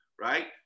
right